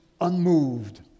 Unmoved